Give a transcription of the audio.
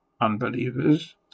unbelievers